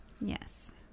Yes